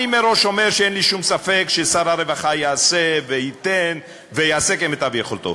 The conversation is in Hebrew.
אני מראש אומר שאין לי ספק ששר הרווחה יעשה וייתן ויעשה כמיטב יכולתו,